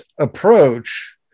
approach